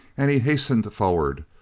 and he hastened forward,